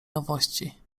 nowości